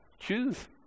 Choose